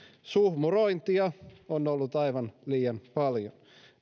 suhmurointia on ollut aivan liian paljon